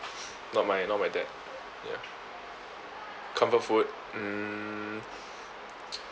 not my not my dad ya comfort food mm